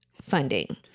funding